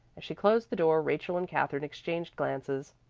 as she closed the door, rachel and katherine exchanged glances.